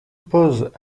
pose